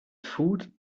food